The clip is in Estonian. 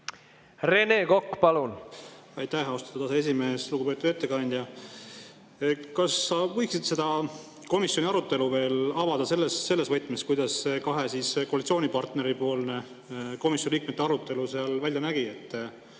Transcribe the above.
Rene Kokk, palun!